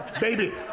baby